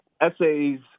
essays